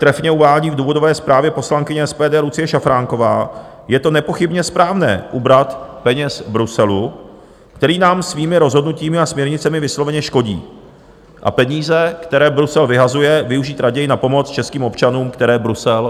Jak trefně uvádí v důvodové zprávě poslankyně SPD Lucie Šafránková, je nepochybně správné ubrat peněz Bruselu, který nám svými rozhodnutími a směrnicemi vysloveně škodí, a peníze, které Brusel vyhazuje, využít raději na pomoc českým občanům, které Brusel ožebračuje.